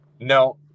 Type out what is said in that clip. No